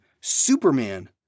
Superman